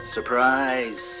Surprise